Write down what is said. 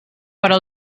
però